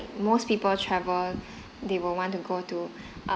most people travel they will want to go to